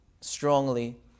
strongly